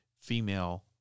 female